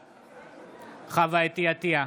בעד חוה אתי עטייה,